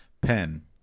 Pen